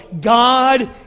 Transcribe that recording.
God